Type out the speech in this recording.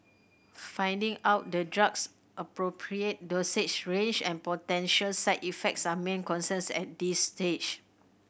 finding out the drug's appropriate dosage range and potential side effects are main concerns at this stage